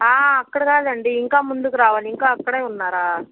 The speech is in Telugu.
అక్కడ కాదండి ఇంకా ముందుకు రావాలి ఇంకా అక్కడే ఉన్నారా